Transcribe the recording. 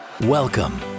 Welcome